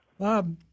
Bob